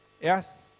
Yes